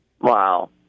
Wow